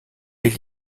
est